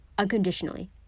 Unconditionally